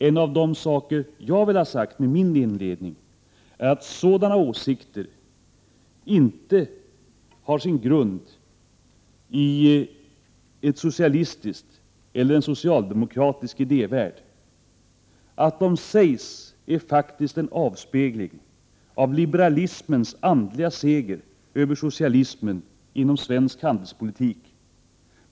En av de saker jag vill ha sagt med min inledning är att sådana åsikter som statsrådet här ger uttryck för inte har sin grund i en socialistisk eller ens socialdemokratisk idévärld. Att de sägs är faktiskt en avspegling av liberalismens andliga seger över socialismen inom svensk handelspolitik.